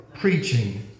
preaching